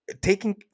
taking